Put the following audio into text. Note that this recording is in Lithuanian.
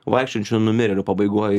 vaikščiojančių numirėlių pabaigoj